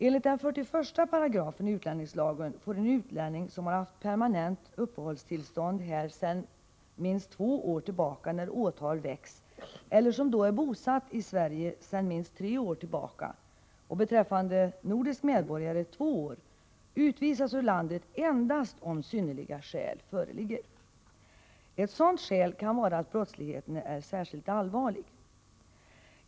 Enligt 41 § i utlänningslagen får en utlänning som haft permanent uppehållstillstånd här sedan minst två år tillbaka när åtal väcks, eller som då är bosatt i Sverige sedan minst tre år tillbaka — beträffande nordisk medborgare två år — utvisas ur landet endast om synnerliga skäl föreligger. Ett sådant skäl kan vara brottslighet av särskilt allvarlig art.